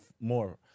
more